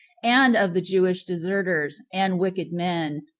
and of the jewish deserters, and wicked men,